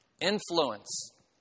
influence